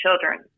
children